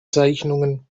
zeichnungen